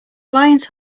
lions